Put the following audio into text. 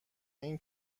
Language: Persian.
این